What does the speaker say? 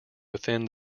within